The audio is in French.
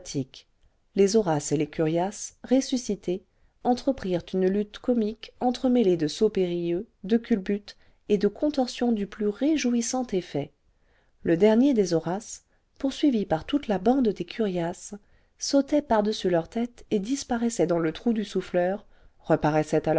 les horaces et les curiaces ressuscites entreprirent une lutte comique entremêlée de sauts périlleux de culbutes et de contorsions du plus réjouissant effet le dernier des horaces poursuivi par toute la bande des curiaces sautait par-dessus leurs têtes et disparaissait dans le trou du souffleur